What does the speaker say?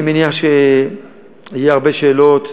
אני מניח שיהיו הרבה שאלות,